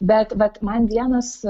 bet vat man vienas